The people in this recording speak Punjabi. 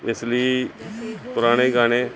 ਇਸ ਲਈ ਪੁਰਾਣੇ ਗਾਣੇ